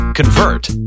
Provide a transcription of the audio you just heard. Convert